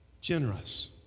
Generous